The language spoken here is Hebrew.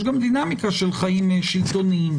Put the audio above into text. יש גם דינמיקה של חיים שלטוניים.